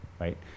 right